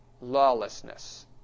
lawlessness